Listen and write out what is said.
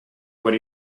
what